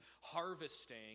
harvesting